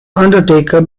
undertaker